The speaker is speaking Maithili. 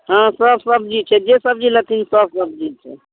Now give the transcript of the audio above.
हाँ सब सब्जी छै जे सब्जी लेथिन सब सब्जी छनि